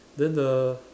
then the